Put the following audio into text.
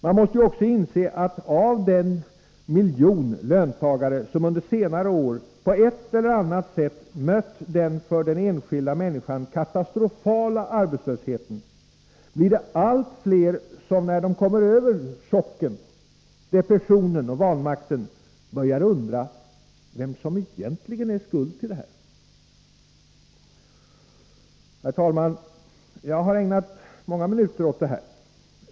Man måste ju också inse att av den miljon löntagare som under senare år på ett eller annat sätt mött den för den enskilda människan katastrofala arbetslösheten blir det allt fler som, när de kommit över chocken, depressionen och vanmakten, börjar undra vem som egentligen är skuld till detta. Herr talman! Jag har ägnat många minuter åt detta.